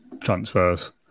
Transfers